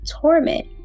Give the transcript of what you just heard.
torment